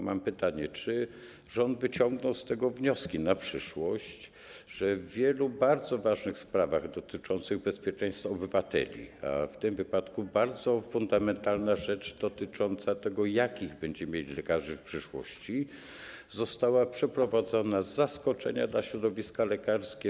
Mam pytanie, czy rząd wyciągnął wnioski na przyszłość z tego, że w wielu bardzo ważnych sprawach dotyczących bezpieczeństwa obywateli, w tym wypadku bardzo fundamentalnej rzeczy dotyczącej tego, jakich będziemy mieli lekarzy w przyszłości, zmiana została przeprowadzona z zaskoczenia dla środowiska lekarskiego.